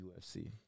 UFC